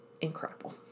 incredible